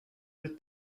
with